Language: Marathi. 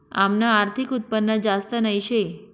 आमनं आर्थिक उत्पन्न जास्त नही शे